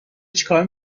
چیکار